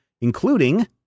including